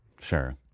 Sure